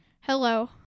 Hello